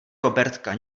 robertka